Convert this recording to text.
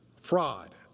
fraud